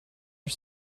are